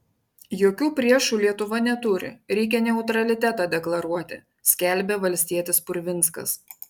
jokių priešų lietuva neturi reikia neutralitetą deklaruoti skelbė valstietis purvinskas